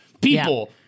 people